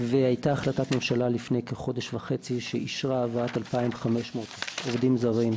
והייתה החלטת ממשלה לפני כחודש וחצי שאישרה הבאת 2,500 עובדים זרים.